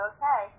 Okay